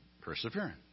perseverance